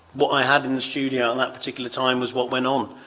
what i had in the studio on that particular time was what went on.